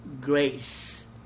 grace